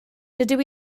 dydw